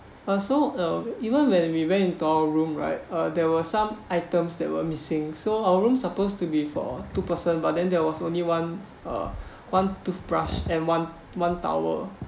uh so uh even when we went into our room right uh there were some items that were missing so our room supposed to be for two person but then there was only one uh one toothbrush and one one towel